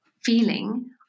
feeling